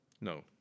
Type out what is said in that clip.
No